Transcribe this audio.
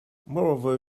moreover